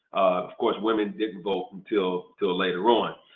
of course women didn't vote until later on.